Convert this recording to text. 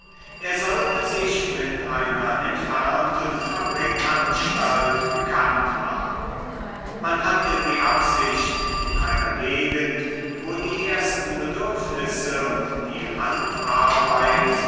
er sollte sich mit einer entfernten fabrikanstalt bekannt machen man hatte die absicht in einer gegend wo die ersten bedürfnisse und die handarbeit